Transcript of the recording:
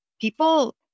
People